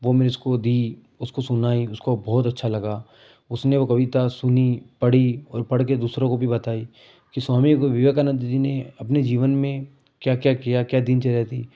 वो मैंने उसको दी उसको सुनाई उसको बहुत अच्छा लगा उसने वो कविता सुनी पढ़ी और पढ़ के दूसरों को भी बताई कि स्वामी को विवेकानंद जी ने अपने जीवन में क्या क्या किया क्या दिनचर्या थी